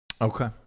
okay